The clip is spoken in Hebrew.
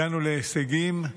הגענו להישגים.